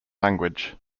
language